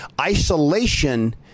Isolation